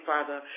Father